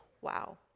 Wow